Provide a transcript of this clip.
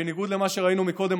בניגוד למה שראינו מקודם,